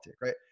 right